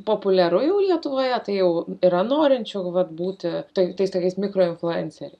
populiaru jau lietuvoje tai jau yra norinčių vat būti tai tais tokiais mikroinfluenceriais